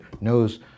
knows